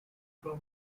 from